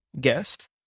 guest